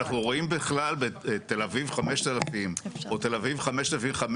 אנחנו רואים בכלל בתל אביב 5,000 או תל אביב 5500,